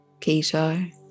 Keto